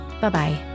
bye-bye